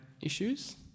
issues